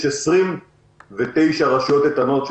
יש 29 רשויות איתנות,